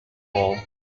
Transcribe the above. wall